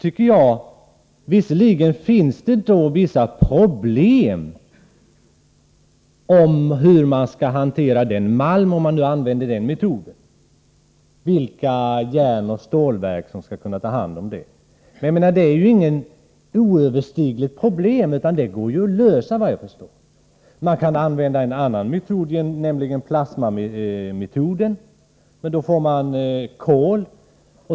Visserligen finns det vissa problem när det gäller vilka järnoch stålverk som skall ta hand om malmen, om det nu blir fråga om att tillämpa den metoden. Såvitt jag förstår finns det inga oöverstigliga hinder. Det går också att använda plasmametoden, men då får man kol.